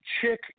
Chick